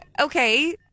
okay